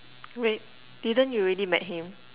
wait didn't you already met him